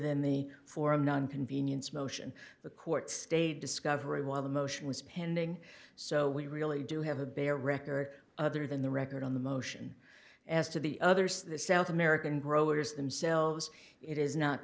than the forum one convenience motion the court stayed discovery while the motion was pending so we really do have a bare record other than the record on the motion as to the others the south american growers themselves it is not